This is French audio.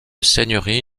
seigneurie